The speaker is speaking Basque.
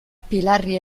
pilarri